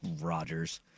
Rogers